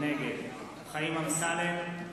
נגד חיים אמסלם,